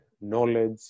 knowledge